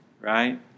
right